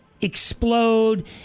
Explode